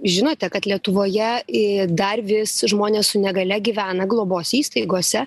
žinote kad lietuvoje į dar vis žmonės su negalia gyvena globos įstaigose